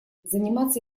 заниматься